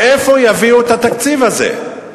מאיפה יביאו את התקציב הזה?